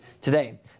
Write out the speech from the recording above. today